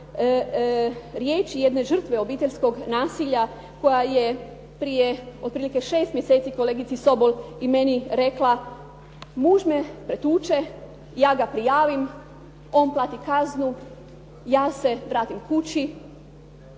riječi jedne žrtve obiteljskog nasilja koja je prije otprilike 6 mjeseci kolegici Sobol i meni rekla. Muž me pretuče, ja ga prijavim, on plati kaznu, ja se vratim kući,